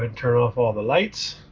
and turn off all the lights.